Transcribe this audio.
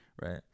Right